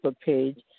page